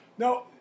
No